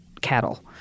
cattle